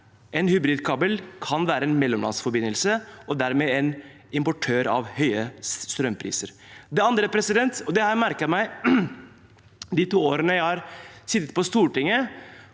En hybridkabel kan være en mellomlandsforbindelse og dermed en importør av høye strømpriser. Det andre er at jeg har merket meg i de to årene jeg har sittet på Stortinget